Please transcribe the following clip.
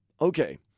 Okay